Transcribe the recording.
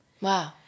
Wow